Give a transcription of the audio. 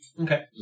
Okay